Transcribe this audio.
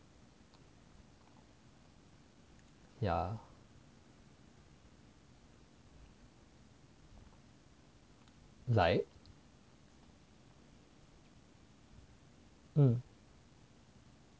ya like um